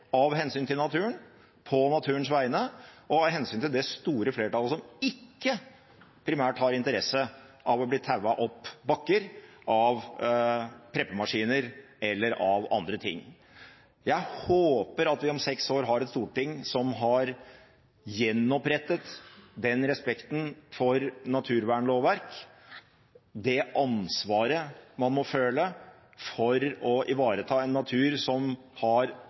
naturen, på naturens vegne, og av hensyn til det store flertallet som ikke primært har interesse av å bli tauet opp bakker av preppemaskiner eller av andre ting. Jeg håper at vi om seks år har et storting som har gjenopprettet respekten for naturvernlovverk, det ansvaret man må føle for å ivareta en natur som har